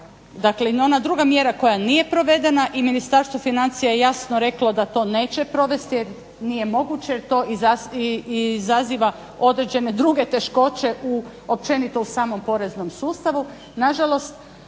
dakle ona druga mjera koja nije provedena i Ministarstvo financija je jasno reklo da to neće provesti, nije moguće jer to izaziva određene druge teškoće općenito u samom poreznom sustavu.